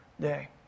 day